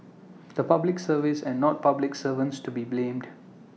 the Public Service and not public servants to be blamed